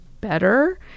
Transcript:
better